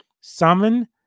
Summon